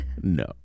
No